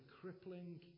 crippling